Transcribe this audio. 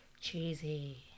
cheesy